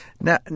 Now